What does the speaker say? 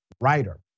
writer